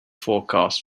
forecast